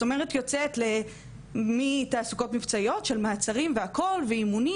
זאת אומרת יוצאת מתעסוקות מבצעיות של מעצרים והכול ואימונים